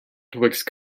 twixt